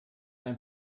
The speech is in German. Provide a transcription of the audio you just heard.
ein